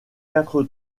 quatre